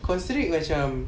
constrict macam